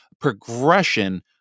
progression